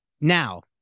Now